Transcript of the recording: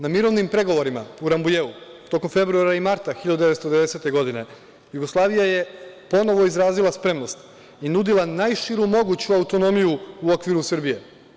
Na mirovnim pregovorima u Rambujeu tokom februara i marta 1990. godine, Jugoslavija je ponovo izrazila spremnost i nudila najširu moguću autonomiju u okviru Srbije.